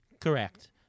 Correct